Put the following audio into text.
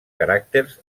caràcters